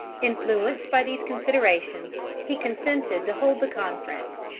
influenced by these considerations, he consented to hold the conference.